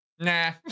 Nah